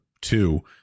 two